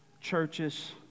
churches